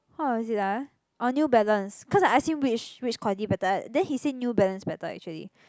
what was it ah orh New Balance cause I ask him which which quality better then he said New Balance better actually